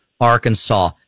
Arkansas